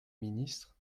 ministre